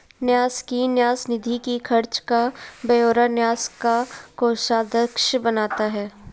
न्यास की न्यास निधि के खर्च का ब्यौरा न्यास का कोषाध्यक्ष बनाता है